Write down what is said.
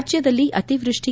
ರಾಜ್ಯದಲ್ಲಿ ಅತಿವೃಷ್ಟಿ